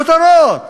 כותרות.